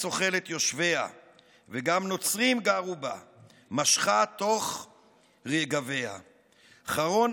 אוכלת יושביה / וגם נוצרים גרו בה / משכה תוך רגביה / חרון